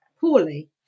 poorly